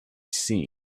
seen